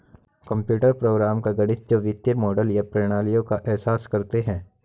computer program का गणित जो वित्तीय मॉडल या प्रणालियों का एहसास करते हैं